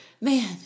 man